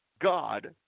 God